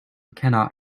cannot